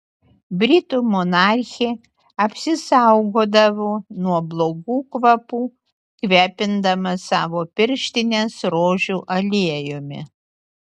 britų monarchė apsisaugodavo nuo blogų kvapų kvėpindama savo pirštines rožių aliejumi